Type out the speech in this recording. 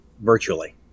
virtually